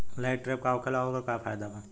Light trap का होखेला आउर ओकर का फाइदा बा?